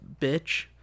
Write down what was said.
bitch